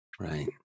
Right